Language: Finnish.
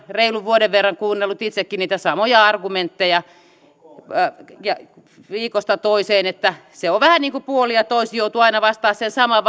reilun vuoden verran kuunnellut itsekin niitä samoja argumentteja viikosta toiseen vähän niin kuin puolin ja toisin joutuu aina vastaamaan siihen samaan